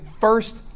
first